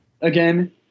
again